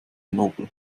nobel